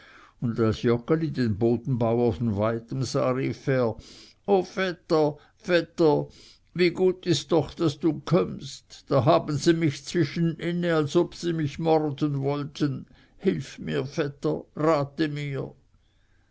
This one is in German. als joggeli den bodenbauer von weitem sah rief er o vetter vetter wie gut ist doch daß du kömmst da haben sie mich zwischeninne als ob sie mich morden wollten hilf mir vetter rate mir